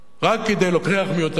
רק כדי להוכיח מי יותר חזק.